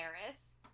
Paris